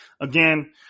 again